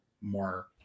more